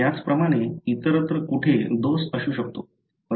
त्याचप्रमाणे इतरत्र कुठे दोष असू शकतो